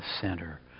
center